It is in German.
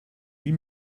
wie